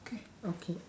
okay